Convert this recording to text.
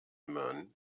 men